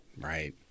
Right